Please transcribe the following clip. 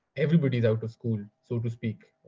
everybody's out of school, so to speak.